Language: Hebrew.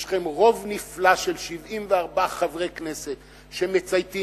יש לכם רוב נפלא של 74 חברי כנסת שמצייתים,